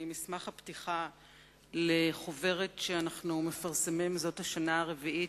ממסמך הפתיחה לחוברת שאנחנו מפרסמים זאת השנה הרביעית,